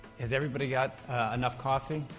has everybody got enough coffee?